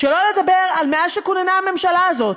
שלא לדבר מאז כוננה הממשלה הזאת,